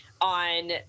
on